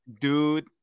dude